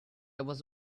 was